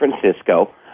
francisco